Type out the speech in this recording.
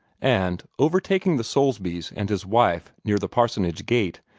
and, overtaking the soulsbys and his wife near the parsonage gate,